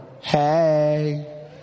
Hey